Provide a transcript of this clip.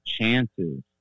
chances